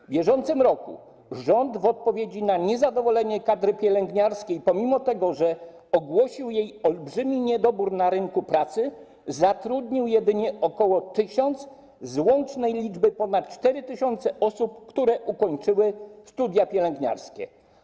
W bieżącym roku rząd w odpowiedzi na niezadowolenie kadry pielęgniarskiej, pomimo że ogłosił jej olbrzymi niedobór na rynku pracy, zatrudnił jedynie ok. 1 tys. z łącznej liczby ponad 4 tys. osób, które ukończyły studia pielęgniarskie.